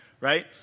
right